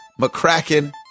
McCracken